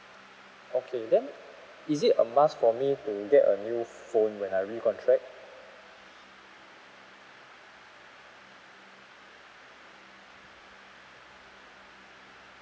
okay then is it a must for me to get a new phone when I recontract